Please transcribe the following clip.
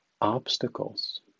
obstacles